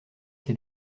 ses